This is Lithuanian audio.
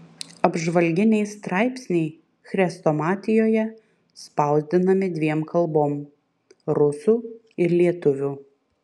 apžvalginiai straipsniai chrestomatijoje spausdinami dviem kalbom rusų ir lietuvių